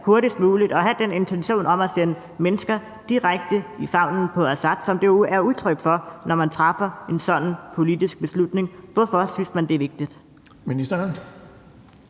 hurtigst muligt og have den intention om at sende mennesker direkte i favnen på Assad, som det jo er udtryk for, når man træffer en sådan politisk beslutning? Hvorfor synes man det er vigtigt?